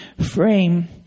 frame